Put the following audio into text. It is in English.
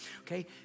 Okay